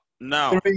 now